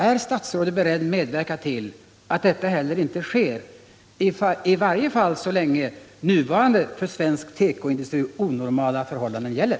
Är statsrådet beredd medverka till att detta heller inte sker, i varje fall så länge nuvarande för svensk tekoindustri onormala förhållanden gäller?